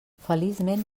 feliçment